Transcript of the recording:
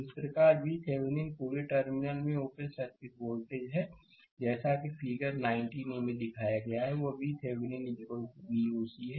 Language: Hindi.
इस प्रकार VThevenin पूरे टर्मिनल में ओपन सर्किट वोल्टेज है जैसा कि फिगर 19 a में दिखाया गया है वह VThevenin Voc है